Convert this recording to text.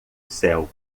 céu